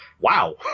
Wow